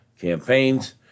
campaigns